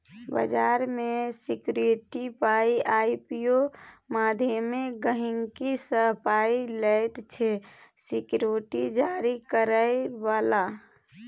बजार मे सिक्युरिटीक पाइ आइ.पी.ओ माध्यमे गहिंकी सँ पाइ लैत छै सिक्युरिटी जारी करय बला